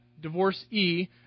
divorcee